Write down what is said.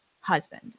husband